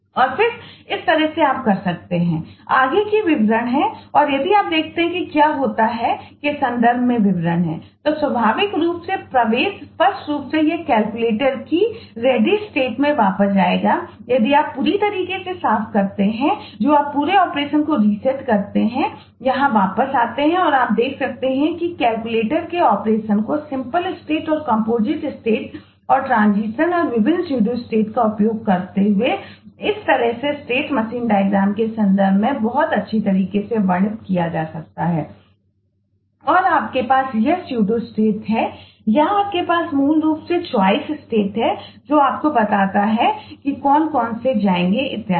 और फिर इस तरह से आप कर सकते हैं आगे के विवरण हैं और यदि आप देखते हैं कि क्या होता है के संदर्भ में विवरण हैं तो स्वाभाविक रूप से प्रवेश स्पष्ट रूप से यह कैलकुलेटर की रेडी स्टेट हैं जो आपको बताते हैं कि कौन कौन से जाएंगे इत्यादि